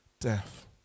death